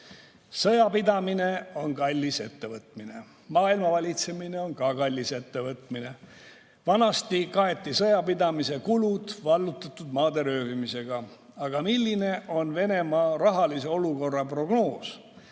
Sõjapidamine on kallis ettevõtmine. Maailmavalitsemine on ka kallis ettevõtmine. Vanasti kaeti sõjapidamise kulud vallutatud maade röövimisega. Aga milline on Venemaa rahalise olukorra prognoos?